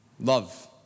Love